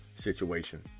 situation